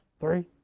three